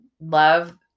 love